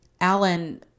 Alan